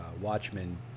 Watchmen